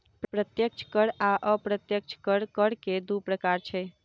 प्रत्यक्ष कर आ अप्रत्यक्ष कर, कर के दू प्रकार छै